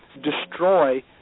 destroy